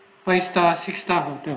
five star six star hotel